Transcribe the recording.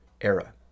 era